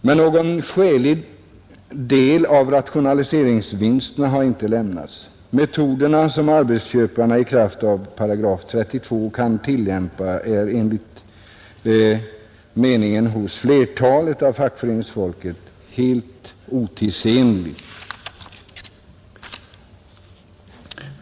Men någon skälig del av rationaliseringsvinsterna har inte lämnats. De metoder som arbetsköparna i kraft av § 32 kan tillämpa är enligt meningen hos flertalet av fackföreningsfolket helt otidsenliga.